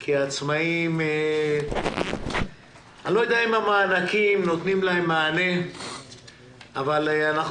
כי אני לא יודע אם המענקים נותנים להם מענה אבל אנחנו